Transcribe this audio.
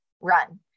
run